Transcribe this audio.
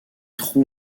trous